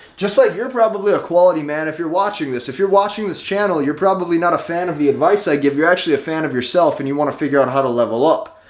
just like you're probably a quality man, if you're watching this, if you're watching this channel, you're probably not a fan of the advice i give, you're actually a fan of yourself, and you want to figure out how to level up.